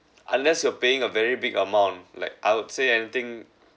unless you're paying a very big amount like I would say anything